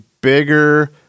bigger